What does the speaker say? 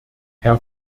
herr